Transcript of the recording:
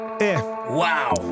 Wow